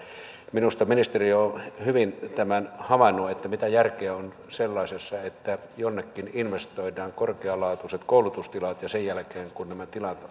minusta ministeri on hyvin tämän havainnut että mitä järkeä on sellaisessa että jonnekin investoidaan korkealaatuiset koulutustilat ja sen jälkeen kun nämä tilat